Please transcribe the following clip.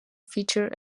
featured